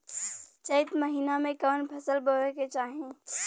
चैत महीना में कवन फशल बोए के चाही?